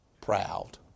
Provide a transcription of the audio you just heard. proud